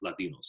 Latinos